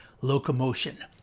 Locomotion